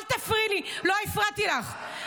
--- אל תפריעי לי, לא הפרעתי לך.